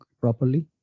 properly